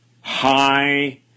high